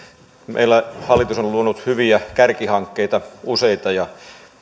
meillä hallitus on luonut useita hyviä kärkihankkeita ja